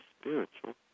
spiritual